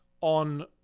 on